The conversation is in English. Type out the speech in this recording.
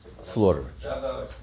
slaughter